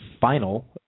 final